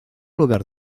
lugar